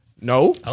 No